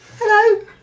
Hello